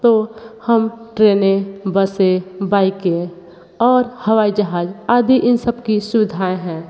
तो हम ट्रेनें बसें बाइकें और हवाई जहाज आदि इन सबकी सुविधाएँ हैं